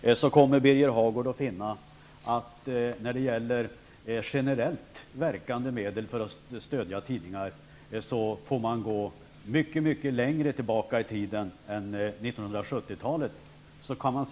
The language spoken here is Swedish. Där kan Birger Hagård finna att generellt verkande medel för att stödja tidningar är någonting som ligger mycket mycket längre tillbaka i tiden än 70-talet.